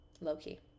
Low-key